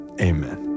Amen